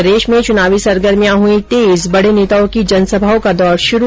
प्रदेश में चुनावी सरगर्मियां हुई तेज बड़े नेताओं की जनसभाओं का दौर शुरू